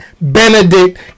Benedict